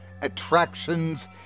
attractions